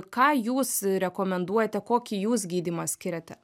ką jūs rekomenduojate kokį jūs gydymą skiriate